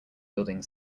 building